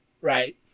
Right